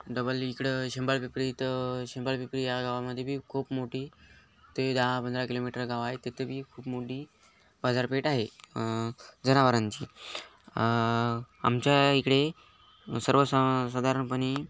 double इकडं शेंंबाळपिंपरी इथं शेंबाळपिंपरी या गावामध्ये बी खूप मोठी ते दहा पंधरा किलोमीटर गाव आहे तिथं बी खूप मोठी बाजारपेठ आहे जनावरांची आमच्या इकडे सर्व सा साधारणपणे